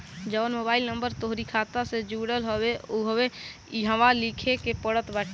जवन mobile number तोहरी खाता से जुड़ल हवे उहवे इहवा लिखे के पड़त बाटे